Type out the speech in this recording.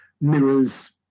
mirrors